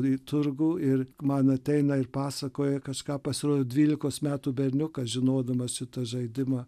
į turgų ir man ateina ir pasakoja kažką pasirodo dvylikos metų berniukas žinodamas šitą žaidimą